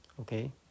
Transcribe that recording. Okay